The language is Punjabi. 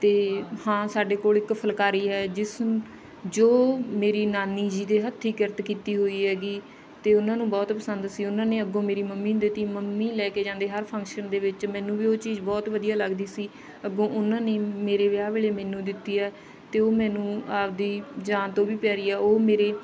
ਅਤੇ ਹਾਂ ਸਾਡੇ ਕੋਲ ਇੱਕ ਫੁਲਕਾਰੀ ਹੈ ਜਿਸ ਜੋ ਮੇਰੀ ਨਾਨੀ ਜੀ ਦੇ ਹੱਥੀਂ ਕਿਰਤ ਕੀਤੀ ਹੋਈ ਹੈਗੀ ਅਤੇ ਉਹਨਾਂ ਨੂੰ ਬਹੁਤ ਪਸੰਦ ਸੀ ਉਹਨਾਂ ਨੇ ਅੱਗੋਂ ਮੇਰੀ ਮੰਮੀ ਦਿੱਤੀ ਮੰਮੀ ਲੈ ਕੇ ਜਾਂਦੇ ਹਰ ਫੰਕਸ਼ਨ ਦੇ ਵਿੱਚ ਮੈਨੂੰ ਵੀ ਉਹ ਚੀਜ਼ ਬਹੁਤ ਵਧੀਆ ਲੱਗਦੀ ਸੀ ਅੱਗੋਂ ਉਹਨਾਂ ਨੇ ਮੇਰੇ ਵਿਆਹ ਵੇਲੇ ਮੈਨੂੰ ਦਿੱਤੀ ਆ ਅਤੇ ਉਹ ਮੈਨੂੰ ਆਪਦੀ ਜਾਨ ਤੋਂ ਵੀ ਪਿਆਰੀ ਆ ਉਹ ਮੇਰੀ